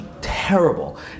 terrible